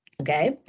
Okay